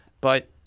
But-